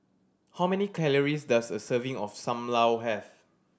how many calories does a serving of Sam Lau have